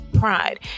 Pride